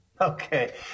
Okay